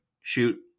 shoot